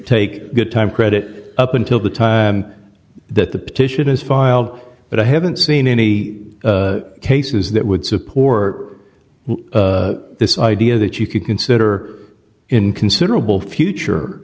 take a good time credit up until the time that the petition is filed but i haven't seen any cases that would support this idea that you consider in considerable future